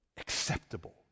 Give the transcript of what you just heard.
acceptable